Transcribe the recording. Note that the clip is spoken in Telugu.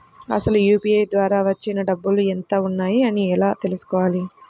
అసలు యూ.పీ.ఐ ద్వార వచ్చిన డబ్బులు ఎంత వున్నాయి అని ఎలా తెలుసుకోవాలి?